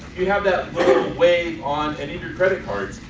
they have that little wave on and you know your credit card.